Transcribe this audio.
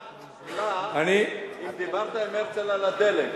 השאלה, אם דיברת עם הרצל על הדלק.